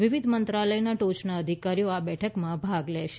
વિવિધ મંત્રાલયોના ટોચના અધિકારીઓ આ બેઠકમાં ભાગ લેશે